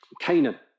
Canaan